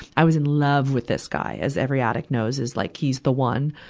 i was in love with this guy, as every addict knows is like, he's the one.